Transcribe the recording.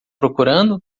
procurando